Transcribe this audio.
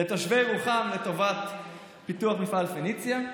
לתושבי ירוחם לטובת פיתוח מפעל פניציה,